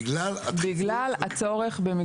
בגלל הצורך.